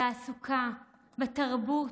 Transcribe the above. בתעסוקה, בתרבות,